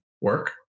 work